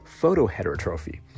photoheterotrophy